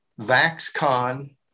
VaxCon